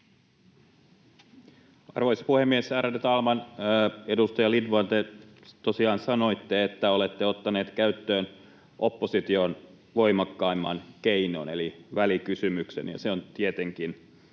Arvoisa puhemies, ärade talman! Edustaja Lindtman, te tosiaan sanoitte, että olette ottaneet käyttöön opposition voimakkaimman keinon eli välikysymyksen, ja se on tietenkin